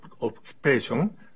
occupation